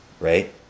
right